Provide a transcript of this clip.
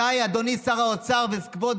מתי, אדוני שר האוצר, וכבוד